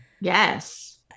Yes